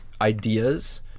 ideas